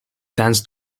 dance